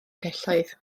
celloedd